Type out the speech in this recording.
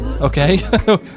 okay